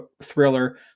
thriller